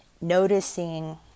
noticing